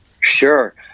Sure